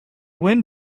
wind